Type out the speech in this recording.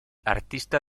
artista